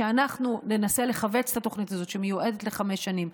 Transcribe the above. אנחנו ננסה לכווץ את התוכנית הזאת שמיועדת לחמש שנים,